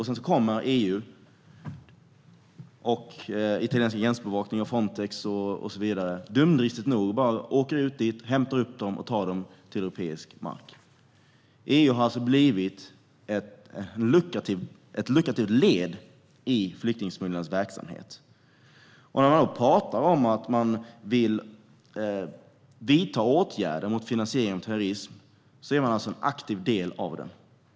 Sedan åker EU, italienska gränsbevakningen, Frontex och så vidare, dumdristigt nog, ut dit och hämtar upp dem och tar dem till europeisk mark. EU har alltså blivit ett lukrativt led i flyktingsmugglarnas verksamhet. Samtidigt som man talar om att man vill vidta åtgärder mot finansieringen av terrorism är man alltså en aktiv del av den.